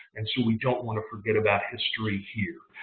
and so we don't want to forget about history here.